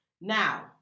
Now